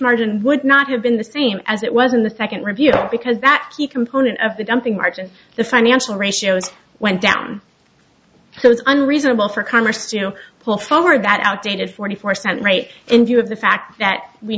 margin would not have been the same as it was in the second review because that he component of the dumping margin the financial ratios went down so it's unreasonable for congress to pull forward that outdated forty four cent rate in view of the fact that we